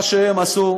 מה שהם עשו,